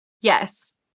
yes